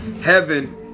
Heaven